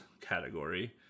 category